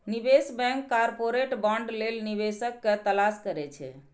निवेश bank corporate bond लेल निवेशक के तलाश करै छै